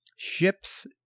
Ships